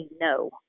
no